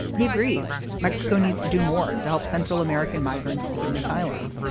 he agrees mexico needs to do more to help central american migrants seeking asylum.